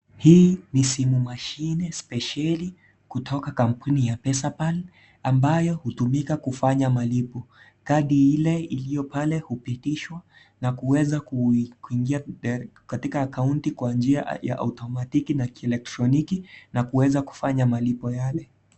Hii ni simu mashine spesheli kutoka kampuni ya pesapal, ambayo hutumika kufanya malipo, kadi ile iliyo pale hupitishwa na kuweza kuingia katika akaunti kwa njia ya automatiki na kieelektroniki na kuweza kufanya malipo yale.